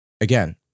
again